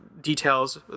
details